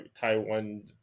Taiwan